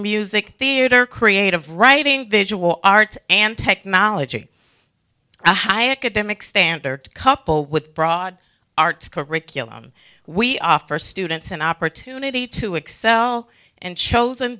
music theater creative writing visual arts and technology high academic standard couple with broad arts curriculum we offer students an opportunity to excel and chosen